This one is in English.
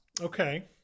Okay